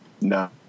No